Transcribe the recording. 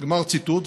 גמר ציטוט.